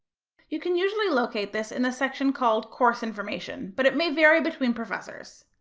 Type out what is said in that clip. you can usually locate this in the section called course information but may vary between professors.